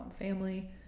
family